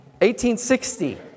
1860